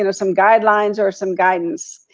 you know some guidelines or some guidance.